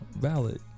valid